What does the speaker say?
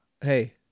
Hey